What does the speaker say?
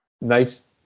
nice